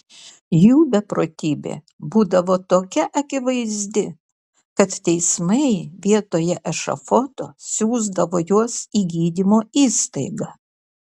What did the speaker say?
jų beprotybė būdavo tokia akivaizdi kad teismai vietoje ešafoto siųsdavo juos į gydymo įstaigą